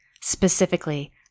specifically